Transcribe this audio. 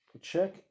Check